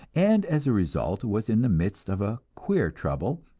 and as a result was in the midst of a queer trouble,